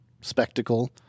spectacle